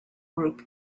group